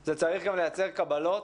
זה צריך גם לייצר קבלות,